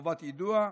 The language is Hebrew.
חובת היידוע,